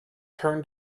turn